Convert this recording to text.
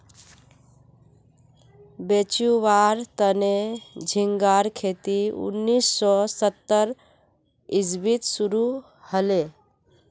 बेचुवार तने झिंगार खेती उन्नीस सौ सत्तर इसवीत शुरू हले